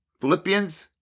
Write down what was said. Philippians